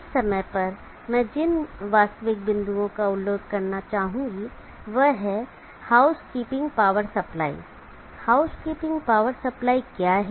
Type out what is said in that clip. इस समय पर मैं जिन वास्तविक बिंदुओं का उल्लेख करना चाहूंगा वह है housekeeping power supply housekeeping power supply क्या है